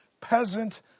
peasant